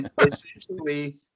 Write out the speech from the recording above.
essentially